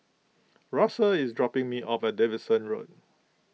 Russel is dropping me off at Davidson Road